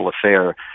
affair